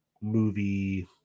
movie